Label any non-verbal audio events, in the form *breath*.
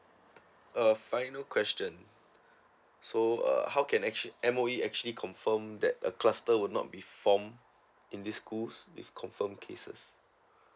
(uh fine no question *breath* so uh how can actu~ M_O_E actually confirm that a cluster will not be formed in these schools with confirmed cases